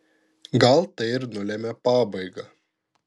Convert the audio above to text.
gal tai ir nulemia pabaigą